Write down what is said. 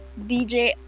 DJ